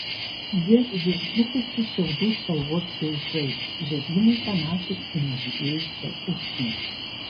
jie lyg išblukusių šiaudų spalvos graižai žiedynai panašūs į nužydėjusią usnį